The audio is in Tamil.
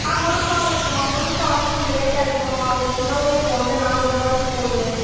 ஆ முருங்கக்காவும் இருக்கும்மா முருங்கக்காய் வந்து கொஞ்சம் ரேட் அதிகமாக ஒரு கிலோவே இப்போ வந்து நானூறுரூபாய்க்கு போது